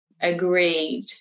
agreed